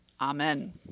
Amen